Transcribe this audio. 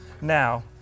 now